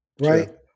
Right